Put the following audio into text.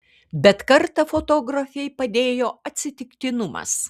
bet kartą fotografei padėjo atsitiktinumas